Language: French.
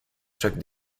chaque